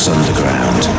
Underground